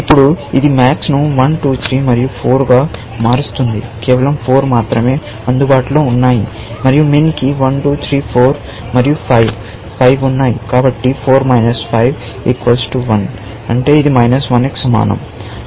ఇప్పుడు ఇది MAX ను 1 2 3 మరియు 4 గా మారుస్తుంది కేవలం 4 మాత్రమే అందుబాటులో ఉన్నాయి మరియు MIN కి 1 2 3 4 మరియు 5 ఉన్నాయి కాబట్టి 4 5 కి సమానం